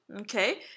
okay